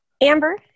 Amber